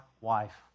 wife